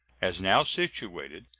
as now situated,